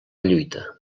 lluita